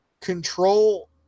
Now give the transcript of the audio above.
control